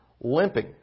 limping